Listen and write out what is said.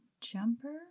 jumper